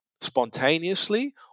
spontaneously